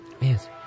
Yes